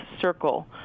circle